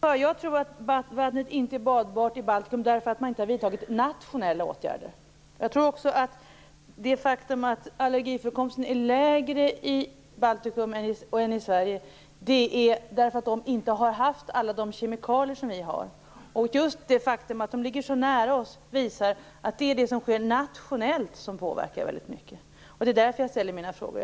Herr talman! Jag tror att skälet till att vattnet i Baltikum inte är badbart är att man inte har vidtagit nationella åtgärder. Jag tror också att det faktum att allergiförekomsten är lägre i Baltikum än i Sverige beror på att man där inte har haft alla de kemikalier som vi har. Det faktum att de baltiska länderna ligger så nära oss visar att det som sker nationellt har mycket stor inverkan. Det är därför som jag ställer mina frågor.